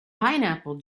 pineapple